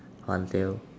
until